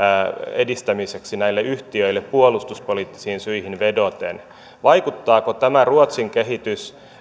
edistämiseksi näille yhtiöille puolustuspoliittisiin syihin vedoten vaikuttaako tämä ruotsin kehitys